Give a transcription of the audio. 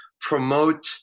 promote